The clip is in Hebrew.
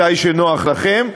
מתי שנוח לכם.